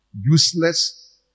useless